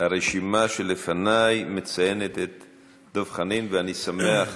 הרשימה שלפני מציינת את דב חנין, ואני שמח